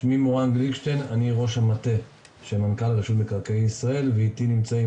אני ראש המטה של מנכ"ל רשות מקרקעי ישראל ואיתי נמצאים